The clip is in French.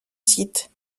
site